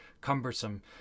cumbersome